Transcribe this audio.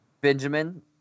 Benjamin